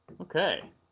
Okay